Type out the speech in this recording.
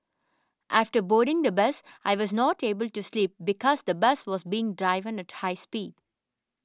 after boarding the bus I was not able to sleep because the bus was being driven at high speed